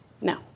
No